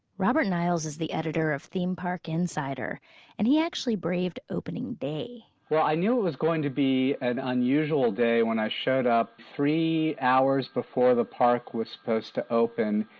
robert niles is the editor of theme park insider and he actually braved opening day well, i knew it was going to be an unusual day when i showed up three hours before the park was supposed to open,